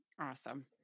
Awesome